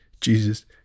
Jesus